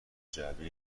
جعبه